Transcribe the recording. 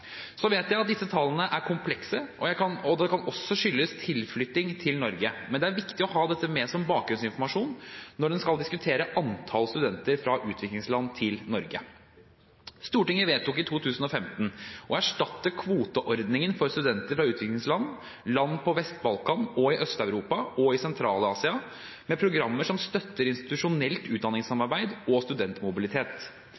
Så vet jeg at disse tallene er komplekse, og det kan også skyldes tilflytting til Norge. Men det er viktig å ha dette med som bakgrunnsinformasjon når en skal diskutere antall studenter fra utviklingsland til Norge. Stortinget vedtok i 2015 å erstatte kvoteordningen for studenter fra utviklingsland, land på Vest-Balkan, i Øst-Europa og i Sentral-Asia med programmer som støtter institusjonelt